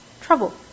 trouble